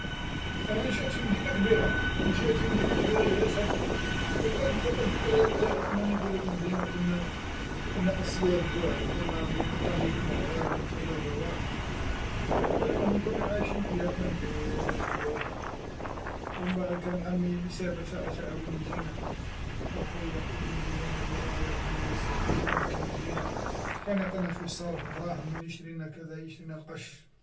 انا نشأت في مدينه كبيره، نشأت فمدينه كبيره ياسر، وكانت ثما الذكريات تاعي أنني فهاذيك المدينه كنا كنا أسياد فيها، كنا ن- متهليين فبعضانا، نتهلاو في رواحنا، المهم كنا عايشين حياتنا مليح مليح، ومن بعد كان عمي اللي يسافر ساعه ساعه وين يجينا، ا خويا وجدي تاني الله يرحمو ويوسع عليه تاني كان يجينا، كان يعطينا شوي الصرف، الدراهم مين يشريلنا كذا يشريلنا القش.